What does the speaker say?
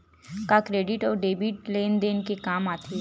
का क्रेडिट अउ डेबिट लेन देन के काम आथे?